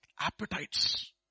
Appetites